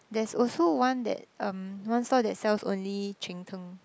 there's also one that um one store that sells only Cheng-Teng